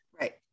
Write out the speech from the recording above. Right